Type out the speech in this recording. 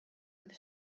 with